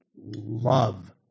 love